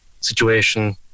situation